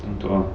懒惰 ah